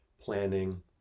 planning